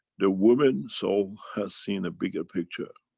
the women soul has seen a bigger picture.